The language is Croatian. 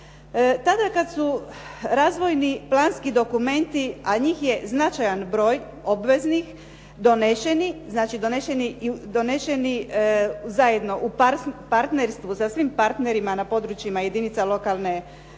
Tada kada su razvojni planski dokumenti a njih je značajan broj obveznih doneseni znači doneseni zajedno u partnerstvu, sa svim partnerima na područjima jedinica lokalne i regionalne